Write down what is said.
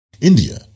India